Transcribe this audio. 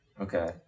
Okay